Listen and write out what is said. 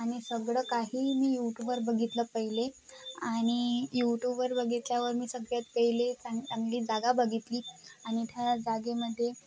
आणि सगळं काही मी यूटूबवर बघितलं पहिले आणि यूटूबवर बघितल्यावर मी सगळ्यात पहिले चांग चांगली जागा बघितली आणि त्या जागेमध्ये